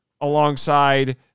alongside